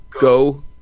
go